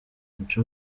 mico